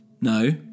No